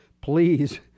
please